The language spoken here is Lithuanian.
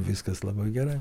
viskas labai gerai